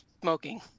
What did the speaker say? smoking